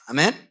Amen